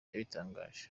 yabitangaje